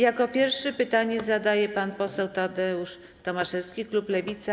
Jako pierwszy pytanie zadaje pan poseł Tadeusz Tomaszewski, klub Lewica.